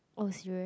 oh serious